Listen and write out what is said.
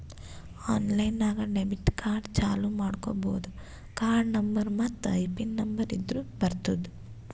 online ನಾಗ್ debit card ಚಾಲೂ ಮಾಡ್ಕೋಬೋದು ಕಾರ್ಡ ನಂಬರ್ ಮತ್ತ್ ಐಪಿನ್ ನಂಬರ್ ಇದ್ದುರ್ ಬರ್ತುದ್